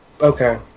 Okay